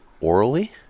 orally